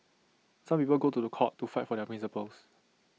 some people go to The Court to fight for their principles